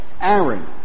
Aaron